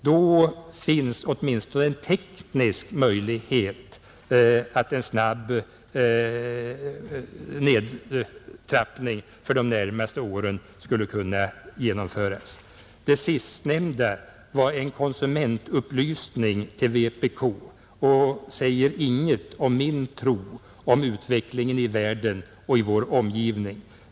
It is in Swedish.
Då finns åtminstone en teknisk möjlighet att en snabb nedtrappning för de närmaste åren skulle kunna genomföras. Det sistnämnda var en konsumentupplysning till vpk och säger ingenting om min tro om utvecklingen i världen och i vår omgivning.